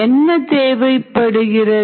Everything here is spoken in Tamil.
என்ன தேவைப்படுகிறது